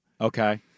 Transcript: Okay